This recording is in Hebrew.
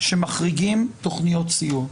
שמחריגים תוכניות סיוע,